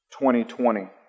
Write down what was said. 2020